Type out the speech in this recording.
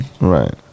right